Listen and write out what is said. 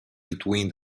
between